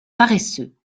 paresseux